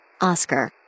Oscar